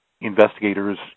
investigators